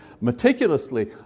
meticulously